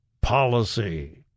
policy